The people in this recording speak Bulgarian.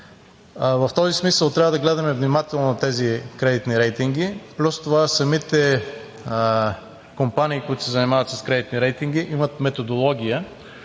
В този смисъл трябва да гледаме внимателно на тези кредитни рейтинги. Плюс това самите компании, които се занимават с кредитни рейтинги, имат методология,